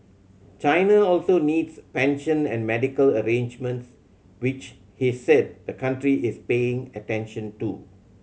China also needs pension and medical arrangements which he said the country is paying attention to